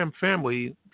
family